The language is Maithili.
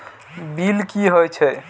बील की हौए छै?